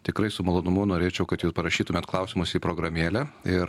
tikrai su malonumu norėčiau kad jūs parašytumėt klausimus į programėlę ir